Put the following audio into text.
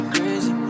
Crazy